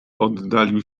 oddalił